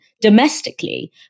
domestically